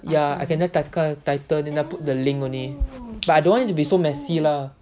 ya I can just type the title then just put the link only but I don't want it to be so messy lah